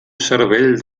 cervell